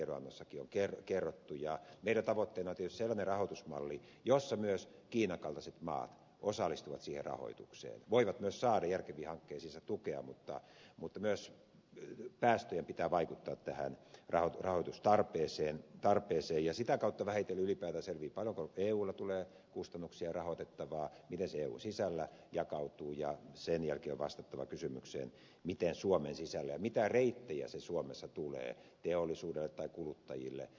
meidän tavoitteenamme on tietysti sellainen rahoitusmalli jossa myös kiinan kaltaiset maat osallistuvat siihen rahoitukseen voivat myös saada järkeviin hankkeisiinsa tukea mutta myös päästöjen pitää vaikuttaa tähän rahoitustarpeeseen ja sitä kautta vähitellen ylipäätään selviää paljonko eulle tulee kustannuksia rahoitettavaa miten se eun sisällä jakautuu ja sen jälkeen on vastattava kysymykseen miten suomen sisällä ja mitä reittejä se suomessa tulee teollisuudelle tai kuluttajille